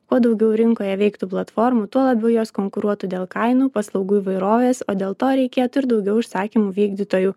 kuo daugiau rinkoje veiktų platformų tuo labiau jos konkuruotų dėl kainų paslaugų įvairovės o dėl to reikėtų ir daugiau užsakymų vykdytojų